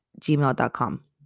gmail.com